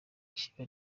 kiba